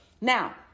Now